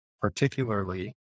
particularly